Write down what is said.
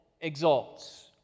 exalts